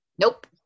Nope